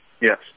yes